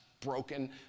broken